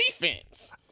defense